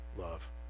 love